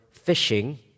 fishing